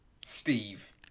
Steve